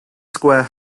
square